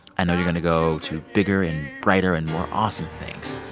i know you're going to go to bigger and brighter and more awesome things.